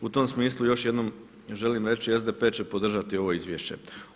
U tom smislu još jednom želim reći SDP će podržati ovo izvješće.